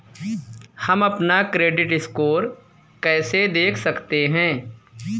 हम अपना credit score कैसे देख सकते हैं?